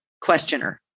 questioner